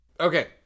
Okay